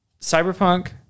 Cyberpunk